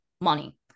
money